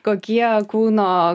kokie kūno